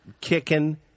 kicking